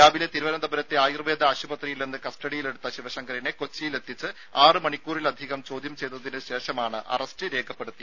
രാവിലെ തിരുവനന്തപുരത്തെ ആയുർവേദ ആശുപത്രിയിൽ നിന്ന് കസ്റ്റഡിയിലെടുത്ത ശിവശങ്കറിനെ കൊച്ചിയിലെത്തിച്ച് ആറ് മണിക്കൂറിലധികം ചോദ്യം ചെയ്തതിനു ശേഷമാണ് അറസ്റ്റ് രേഖപ്പെടുത്തിയത്